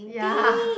ya